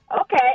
okay